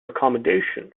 accommodation